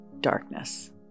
darkness